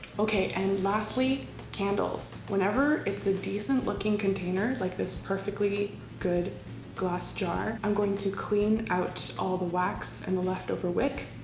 okay, and lastly candles. whenever it's a decent-looking container like this perfectly good glass jar i'm going to clean out all the wax and the leftover wick,